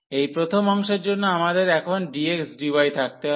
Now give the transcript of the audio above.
এই প্রথম অংশের জন্য আমাদের এখন dx dy থাকতে হবে